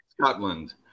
scotland